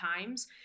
times